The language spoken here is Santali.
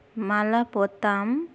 ᱢᱟᱞᱟ ᱯᱚᱛᱟᱢ